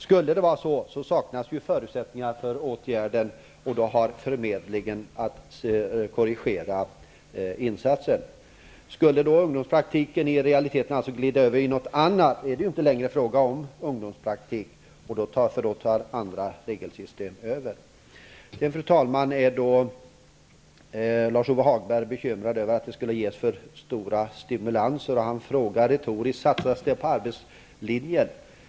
Skulle det vara så, saknas ju förutsättningar för åtgärden, och då har förmedlingen att korrigera insatsen. Skulle ungdomspraktiken i realiteten glida över i något annat är det ju inte längre fråga om ungdomspraktik. Då tar andra regelsystem över. Lars-Ove Hagberg är bekymrad över att det görs för stora stimulansinsatser. Han frågar retoriskt om det satsas på arbetslinjen.